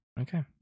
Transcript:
Okay